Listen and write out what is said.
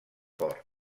port